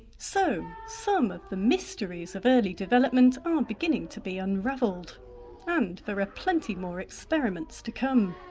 so some of the mysteries of early development are beginning to be unravelled and there are plenty more experiments to come.